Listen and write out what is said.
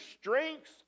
strengths